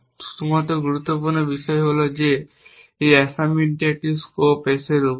শুধুমাত্র গুরুত্বপূর্ণ বিষয় হল যে অ্যাসাইনমেন্টটি একটি স্কোপ S এর উপর